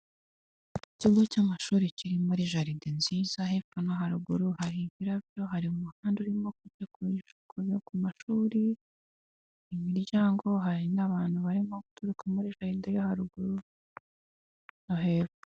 Icyumba cy'amashuri kiri muri jaride nziza hepfo no haruguru hari ibirabyo, hari umuhanda urimo kuva ku mashuri, imiryango, hari n'abantu barimo guturuka muri jaride yo haruguru no hepfo.